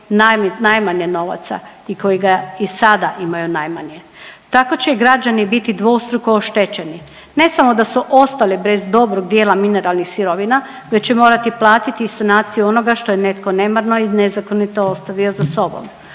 najmanje novaca i koji ga i sada imaju najmanje. Tako će i građani biti dvostruko oštećeni. Ne samo da su ostali bez dobrog dijela mineralnih sirovina već će morati platiti i sanaciju onoga što je netko nemarno i nezakonito ostavio za sobom.